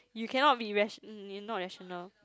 you cannot be rat~ you not rational